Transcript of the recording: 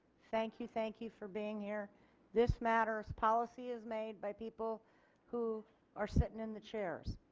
thank you thank you for being here this matters, policy is made by people who are sitting in the chairs.